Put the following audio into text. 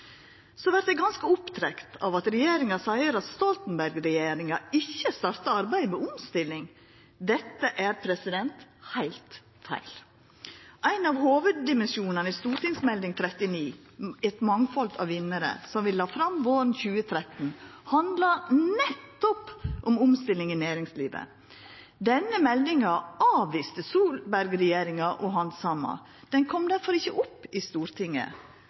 Så vert eg ganske opptrekt av at regjeringa seier at Stoltenberg-regjeringa ikkje starta arbeidet med omstilling. Dette er heilt feil. Ein av hovuddimensjonane i Meld. St. 39 for 2012–2013, Mangfold av vinnere, som vi la fram våren 2013, handla nettopp om omstilling i næringslivet. Denne meldinga avviste Solberg-regjeringa å handsama. Ho kom difor ikkje opp i Stortinget.